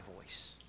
voice